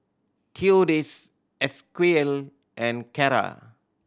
Theodis Esequiel and Carra